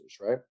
right